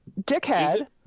dickhead